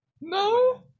No